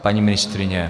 Paní ministryně?